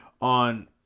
on